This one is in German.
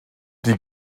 die